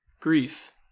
grief